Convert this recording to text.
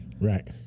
Right